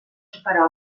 superar